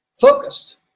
Focused